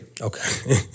Okay